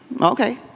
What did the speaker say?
okay